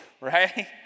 right